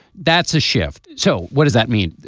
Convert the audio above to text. that's a shift. so what does that mean.